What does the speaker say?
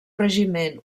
regiment